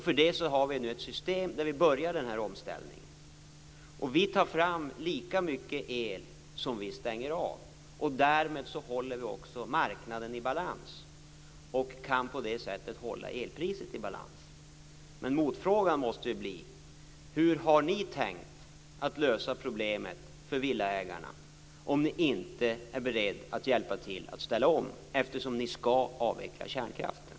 För det har vi ett system där vi börjar omställningen. Vi tar fram lika mycket el som vi stänger av. Vi håller därmed marknaden i balans och kan på det sättet också hålla elpriset i balans. Men motfrågan måste bli: Hur har ni tänkt att lösa problemet för villaägarna, om ni inte är beredda att hjälpa till ställa om? Ni skall ju avveckla kärnkraften.